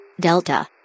Delta